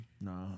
No